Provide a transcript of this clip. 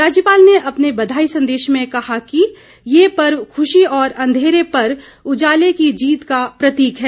राज्यपाल ने अपने बधाई संदेश में कहा कि ये पर्व ख्रशी और अंधेरे पर उजाले की जीत का प्रतीक है